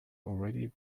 already